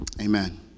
Amen